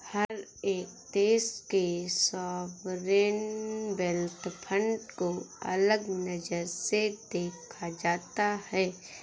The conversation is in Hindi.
हर एक देश के सॉवरेन वेल्थ फंड को अलग नजर से देखा जाता है